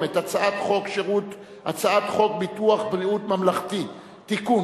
את הצעת חוק ביטוח בריאות ממלכתי (תיקון,